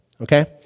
okay